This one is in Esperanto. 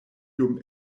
dum